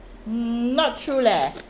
not true leh